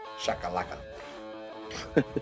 Shaka-laka